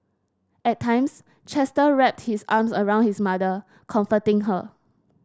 at times Chester wrapped his arms around his mother comforting her